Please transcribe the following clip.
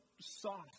soft